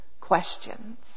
questions